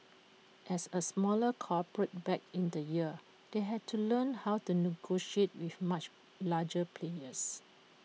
as A smaller corporate back in the year they had to learn how to negotiate with much larger players